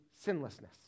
sinlessness